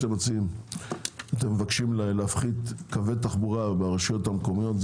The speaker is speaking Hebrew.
אתם מבקשים להפחית קווי תחבורה ברשויות המקומיות.